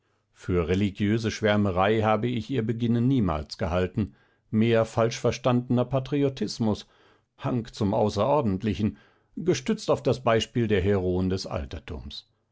für religiöse schwärmerei habe ich ihr beginnen niemals gehalten mehr falsch verstandener patriotismus hang zum außerordentlichen gestützt auf das beispiel der heroen des altertums